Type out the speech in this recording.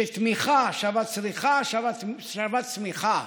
שתמיכה שווה צריכה שווה צמיחה.